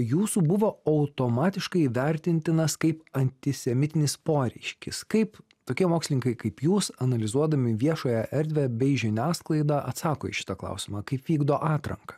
jūsų buvo automatiškai vertintinas kaip antisemitinis poreiškis kaip tokie mokslininkai kaip jūs analizuodami viešąją erdvę bei žiniasklaidą atsako į šitą klausimą kaip vykdo atranką